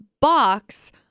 box